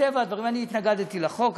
מטבע הדברים, התנגדתי לחוק.